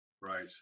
right